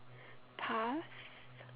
pass